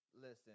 listen